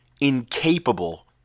incapable